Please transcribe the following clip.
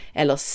eller